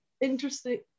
interesting